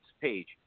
page